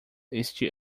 este